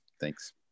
Thanks